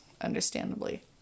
understandably